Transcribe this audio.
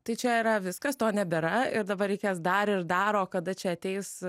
tai čia yra viskas to nebėra ir dabar reikės dar ir dar o kada čia ateis